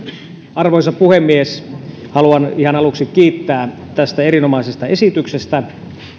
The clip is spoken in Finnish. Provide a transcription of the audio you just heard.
arvoisa puhemies haluan ihan aluksi kiittää tästä erinomaisesta esityksestä